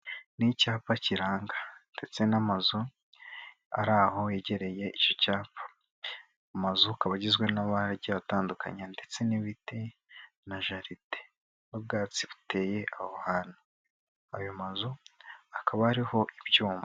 Ni icyapa kiranga ndetse n'amazu ari aho yegereye icyo cyapa, amazu akaba agizwe n'amabara agiye atandukanye ndetse n'ibiti na jaride n'ubwatsi buteye aho hantu, ayo mazu hakaba hariho ibyuma.